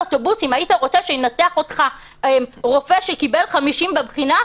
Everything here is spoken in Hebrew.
אוטובוסים: היית רוצה שינתח אותך רופא שקיבל 50 בבחינה?